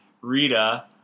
Rita